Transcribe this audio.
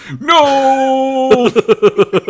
No